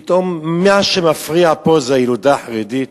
פתאום מה שמפריע פה זה הילודה החרדית,